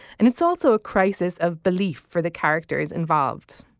and it's also a crisis of belief for the characters involved.